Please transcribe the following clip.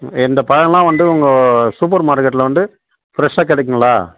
ம் இந்த பழம் எல்லாம் வந்து உங்கள் சூப்பர் மார்க்கெட்டில் வந்து ஃப்ரெஷ்ஷாக கிடைக்குங்களா